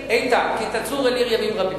איתן, "כי תצור אל עיר ימים רבים".